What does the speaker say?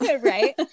right